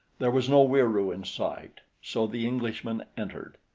there was no wieroo in sight, so the englishman entered.